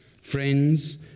Friends